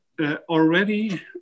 already